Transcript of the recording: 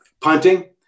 punting